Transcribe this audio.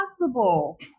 possible